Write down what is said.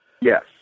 Yes